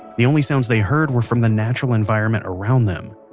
the only sounds they heard were from the natural environment around them.